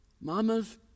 Mama's